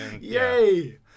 yay